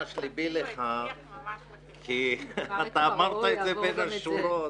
לבי לך כי אתה אמרת את זה בין השורות